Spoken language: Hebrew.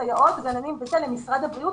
סייעות וגננות שמחכים למשרד הבריאות,